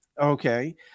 Okay